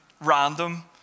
random